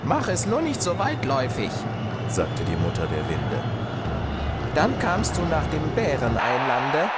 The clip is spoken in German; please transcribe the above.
mache es nur nicht so weitläufig sagte die mutter der winde dann kamst du nach dem bäreneilande